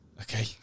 Okay